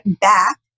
back